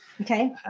Okay